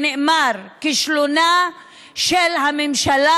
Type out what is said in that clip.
נאמר: כישלונה של הממשלה,